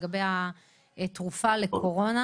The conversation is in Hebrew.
לגבי התרופה לקורונה